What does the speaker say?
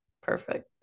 Perfect